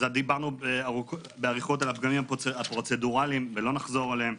דברנו באריכות על הפגמים הפרוצדורליים ולא נחזור עליהם.